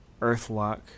Earthlock